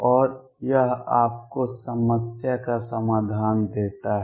और यह आपको समस्या का समाधान देता है